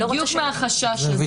בדיוק מהחשש הזה,